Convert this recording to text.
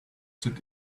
sit